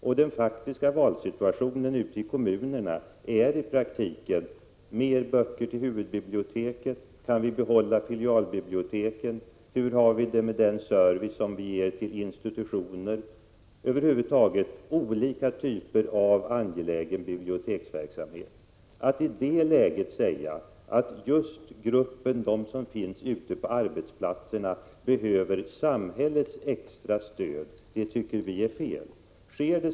De val som kommunerna i praktiken står inför är följande: Skall vi köpa mer böcker till huvudbiblioteket, kan vi behålla filialbiblioteken eller skall vi förbättra vår service till institutioner? Det är en rad olika typer av angelägen biblioteksverksamhet som man måste välja mellan. Att i det läget säga att just de grupper som finns ute på arbetsplatserna behöver samhällets stöd extra mycket, tycker vi är fel.